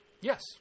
Yes